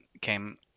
came